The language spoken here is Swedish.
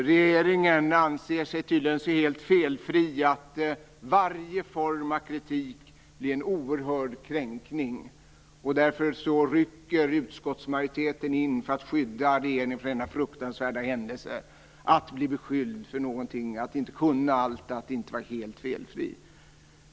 Regeringen anser sig så felfri att varje form av kritik blir en oerhörd kränkning. Därför rycker utskottsmajoriteten ut för att skydda regeringen från denna fruktansvärda händelse, att bli beskylld för någonting, att inte kunna allt, att inte vara helt felfri.